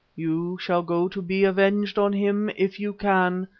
you shall go to be avenged on him if you can,